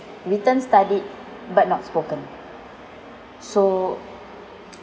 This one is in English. written studied but not spoken so